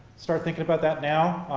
start thinking about that now.